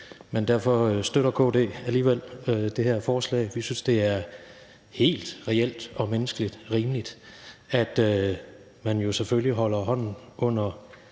men derfor støtter KD alligevel det her forslag. Vi synes jo selvfølgelig, det er helt reelt og menneskeligt rimeligt, at man holder hånden under